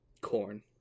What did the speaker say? Corn